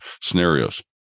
scenarios